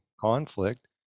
conflict